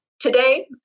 today